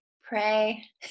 Pray